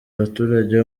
abaturage